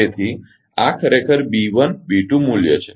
તેથી આ ખરેખર બી 1 બી 2 મૂલ્ય છે